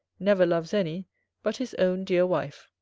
never loves any but his own dear wife.